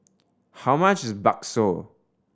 how much is bakso